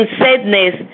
sadness